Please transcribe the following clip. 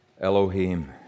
Elohim